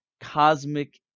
cosmic